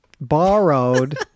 borrowed